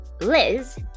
Liz